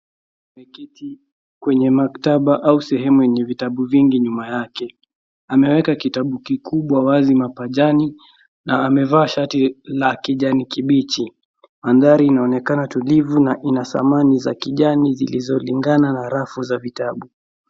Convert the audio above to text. Ameketi kwenye maktaba au sehemu yenye vitabu vingi nyuma yake. Ameweka kitabu kikubwa wazi mapajani na amevaa shati la kijani kibichi. Mandhari inaonekana tulivu na ina samani za kijani zilizolingana na rafu za vitabu.